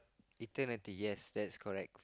if turn into yes that's correct